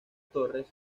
torres